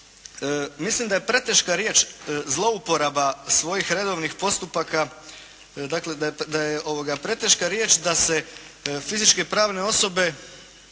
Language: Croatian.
mislim da je preteška riječ zlouporaba svojih redovnih postupaka, dakle preteška